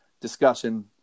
discussion